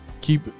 Keep